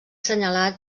senyalat